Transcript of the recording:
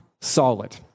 solid